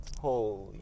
Holy